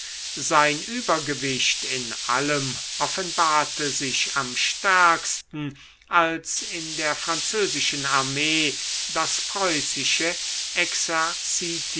sein übergewicht in allem offenbarte sich am stärksten als in der französischen armee das preußische